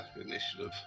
initiative